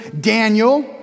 Daniel